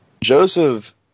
Joseph